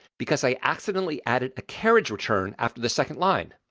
because i accidentally added a carriage return after the second line.